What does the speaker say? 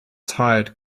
tired